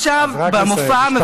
אז רק לסיים.